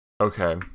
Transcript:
Okay